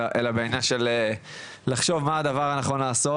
אלא בעניין של לחשוב מה הדבר הנכון לעשות.